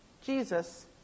Jesus